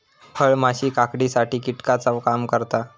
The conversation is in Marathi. फळमाशी काकडीसाठी कीटकाचा काम करता